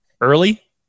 early